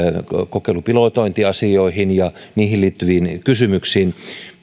kokeilupilotointiasioihin ja niihin liittyviin kysymyksiin